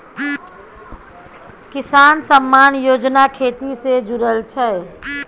किसान सम्मान योजना खेती से जुरल छै